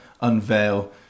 unveil